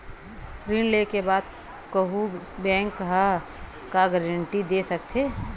ऋण लेके बाद कुछु बैंक ह का गारेंटी दे सकत हे?